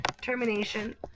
termination